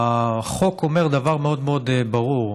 החוק אומר דבר מאוד מאוד ברור,